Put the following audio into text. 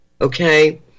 Okay